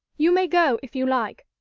you may go if you like.